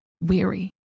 Weary